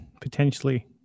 potentially